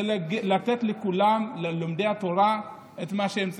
ולתת ללומדי התורה את מה שהם צריכים.